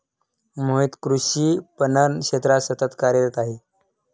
मोहित कृषी पणन क्षेत्रात सतत कार्यरत आहे